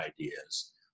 ideas